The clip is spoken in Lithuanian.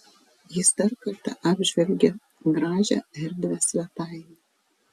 jis dar kartą apžvelgė gražią erdvią svetainę